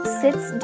sits